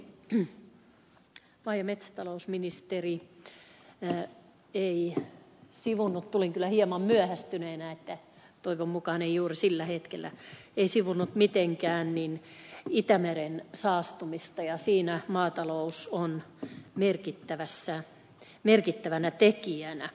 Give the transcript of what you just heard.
maa ja metsätalousministeri ei sivunnut tulin kyllä hieman myöhästyneenä joten toivon mukaan ei juuri sillä hetkellä mitenkään itämeren saastumista ja siinä maatalous on merkittävänä tekijänä